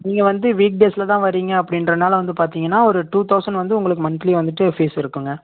நீங்கள் வந்து வீக் டேஸ்ல தான் வர்றீங்க அப்படின்றனால வந்து பார்த்தீங்கன்னா ஒரு டூ தௌசண்ட் வந்து உங்களுக்கு மந்த்லி வந்துட்டு ஃபீஸ் இருக்குதுங்க